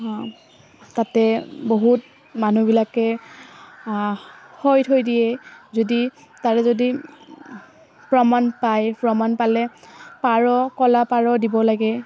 তাতে বহুত মানুহবিলাকে হৈ থৈ দিয়ে যদি তাৰে যদি প্ৰমাণ পায় প্ৰমাণ পালে পাৰ কলা পাৰ দিব লাগে